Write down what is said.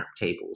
tables